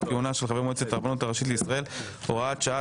כהונה של חברי מועצת הרבנות הראשית לישראל) (הוראת שעה),